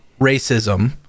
racism